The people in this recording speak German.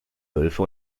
wölfe